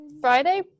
Friday